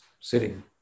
sitting